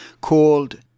called